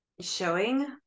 showing